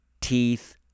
teeth